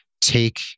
take